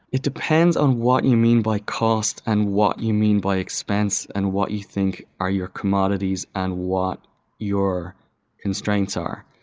it depends on what you mean by cost and what you mean by expense and what you think are your commodities and what your constraints are.